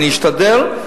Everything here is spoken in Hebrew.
אני אשתדל.